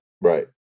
Right